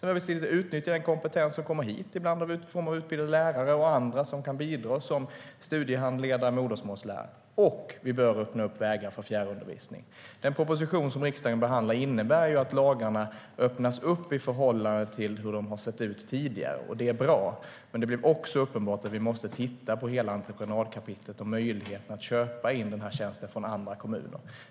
Vi ska utnyttja den kompetens som kommer hit i form av utbildade lärare och andra som kan bidra som studiehandledare och modersmålslärare, och vi behöver öppna upp vägar för fjärrundervisning. Den proposition som riksdagen behandlar innebär att lagarna öppnas upp i förhållande till hur de har sett ut tidigare. Det är bra. Men det är uppenbart att vi måste titta på hela entreprenadkapitlet och möjligheten att köpa in de här tjänsterna från andra kommuner.